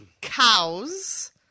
cows